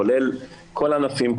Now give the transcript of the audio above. כולל כול הענפים,